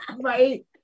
right